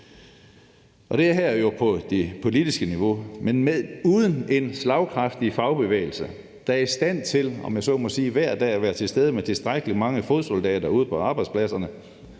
Og her foregår det jo på det politiske niveau, men uden en slagkraftig fagbevægelse, der hver dag er i stand til, om man så må sige, at være til stede med tilstrækkelig mange soldater ude på arbejdspladserne